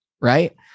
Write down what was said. right